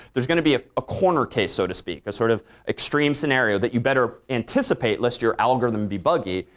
there's going to be ah a corner case so to speak, a sort of extreme scenario that you better anticipate lest your algorithm be buggy.